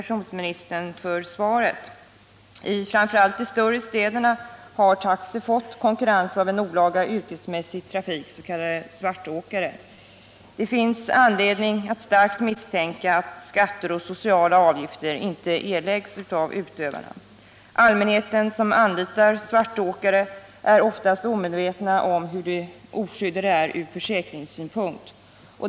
I framför allt de större städerna har taxi fått konkurrens av en olaga yrkesmässig trafik, s.k. svartåkare. Det finns anledning att starkt misstänka att skatter och sociala avgifter inte erläggs av utövarna. Allmänheten som anlitar utövare av olaga yrkesmässig trafik är oftast omedveten om hur oskyddad man är från försäkringssynpunkt.